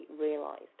realised